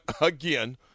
again